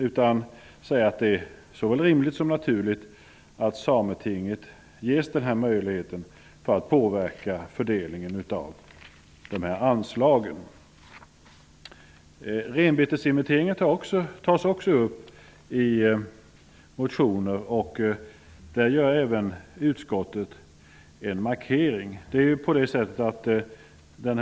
Utskottet säger att det är såväl rimligt som naturligt att Sametinget ges denna möjlighet att påverka fördelnigen av dessa anslag. Också frågan om renbetesinventeringen tas upp i motioner, och där gör även utskottet en markering.